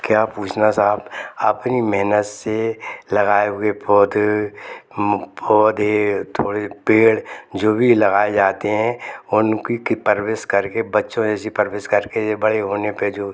क्या पूछना साहब अपनी मेहनत से लगाए हुए पौधे पौधे थोड़े पेड़ जो भी लगाए जाते हैं उनकी की परवरिश करके बच्चों जैसी परवरिश करके ये बड़े होने पर जो